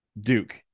Duke